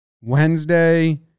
Wednesday